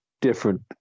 different